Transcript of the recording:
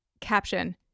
caption